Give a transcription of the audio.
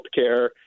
healthcare